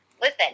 Listen